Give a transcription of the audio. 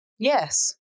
Yes